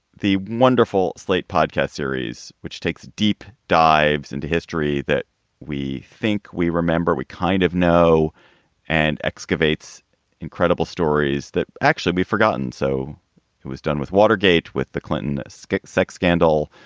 the wonderful slate podcast series, which takes deep dives into history that we think we remember, we kind of know and excavates incredible stories that actually be forgotten. so it was done with watergate, with the clinton sex sex scandal,